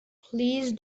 please